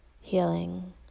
healing